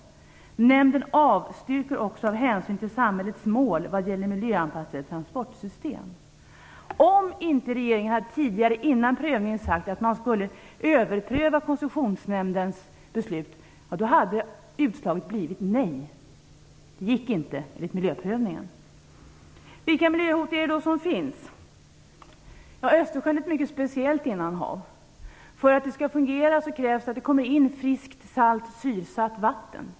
Nämnden avstyrker också av hänsyn till samhällets mål vad gäller miljöanpassade transportsystem." Om regeringen inte före prövningen hade sagt att man skulle överpröva Koncessionsnämndens beslut, skulle utslaget ha blivit nej. Vilka miljöhot är det då som finns? Östersjön är ett mycket speciellt innanhav. För att det skall fungera krävs det att det kommer in friskt salt och syresatt vatten.